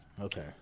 Okay